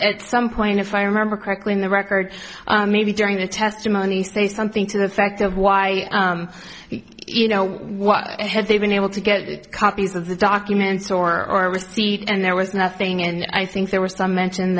at some point if i remember correctly in the record maybe during the testimony say something to the effect of why you know what had they been able to get copies of the documents or receipt and there was nothing and i think there was some mention